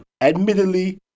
Admittedly